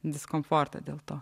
diskomfortą dėl to